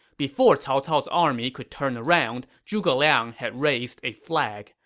before cao cao's army could turn around, zhuge liang had raised a flag.